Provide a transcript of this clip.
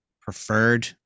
preferred